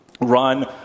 run